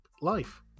life